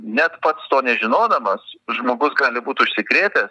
net pats to nežinodamas žmogus gali būt užsikrėtęs